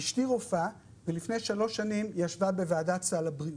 אשתי רופאה ולפני שלוש שנים היא ישבה בוועדת סל הבריאות.